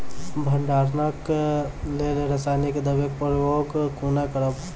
भंडारणक लेल रासायनिक दवेक प्रयोग कुना करव?